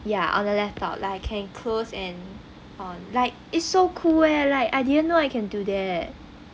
ya on the laptop like I can close and on like it's so cool eh like I didn't know I can do that